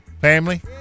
family